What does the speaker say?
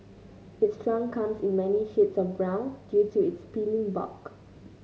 its trunk comes in many shades of brown due to its peeling bark